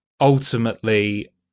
ultimately